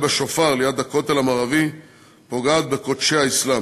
בשופר ליד הכותל המערבי פוגעת בקודשי האסלאם.